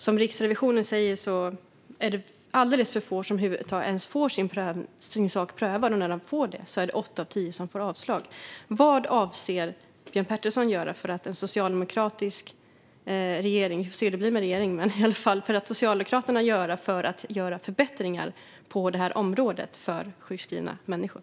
Som Riksrevisionen säger är det alldeles för få som över huvud taget får sin sak prövad, och när de får det är det åtta av tio som får avslag. Vad avser Björn Petersson och Socialdemokraterna göra för att få förbättringar på det här området för sjukskrivna människor?